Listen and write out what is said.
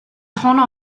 honno